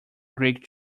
creek